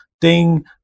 ding